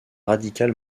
radical